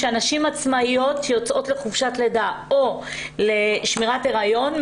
נשים עצמאיות שיוצאות לחופשת לידה או לשמירת היריון,